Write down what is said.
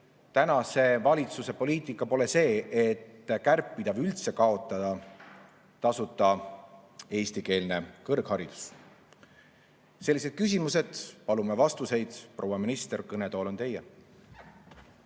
tänase valitsuse poliitika pole see, et kärpida või üldse kaotada tasuta eestikeelne kõrgharidus? Sellised küsimused. Palume vastuseid, proua minister, kõnetool on teie.